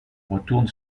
retourne